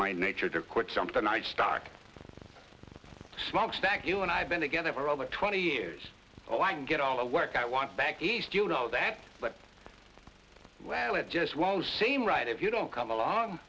my nature to quit something nice stock smokestack you and i have been together for over twenty years so i can get all the work i want back east you know that but well it just won't seem right if you don't come along